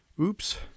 Oops